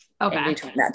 Okay